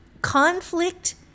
conflict